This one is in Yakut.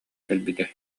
кэлбитэ